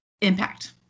impact